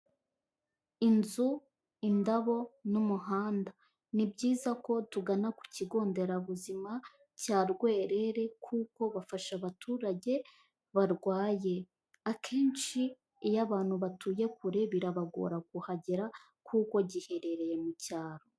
Inzu, indabo n'umuhanda. Ni byiza ko tugana ku Kigo Nderabuzima cya Rwerere kuko bafasha abaturage barwaye. Akenshi iyo abantu batuye kure, birabagora kuhagera kuko giherereye mu cyaro.